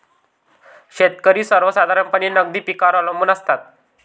शेतकरी सर्वसाधारणपणे नगदी पिकांवर अवलंबून असतात